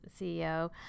CEO